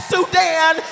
Sudan